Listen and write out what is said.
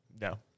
no